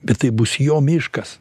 bet tai bus jo miškas